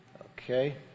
Okay